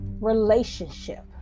relationship